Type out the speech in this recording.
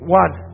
one